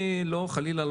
לא כולם חלילה,